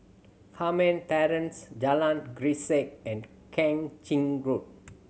Carmen Terrace Jalan Grisek and Kang Ching Road